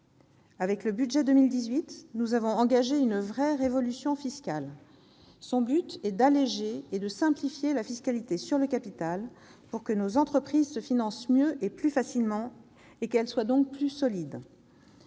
travers du budget pour 2018, nous avons engagé une vraie révolution fiscale. L'objectif est d'alléger et de simplifier la fiscalité sur le capital, afin que nos entreprises se financent mieux et plus facilement, et soient donc plus solides.